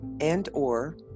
and/or